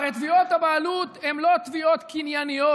הרי תביעות הבעלות הן לא תביעות קנייניות,